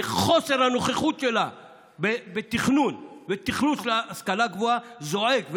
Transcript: חוסר הנוכחות שלה בתכנון של ההשכלה הגבוהה זועק,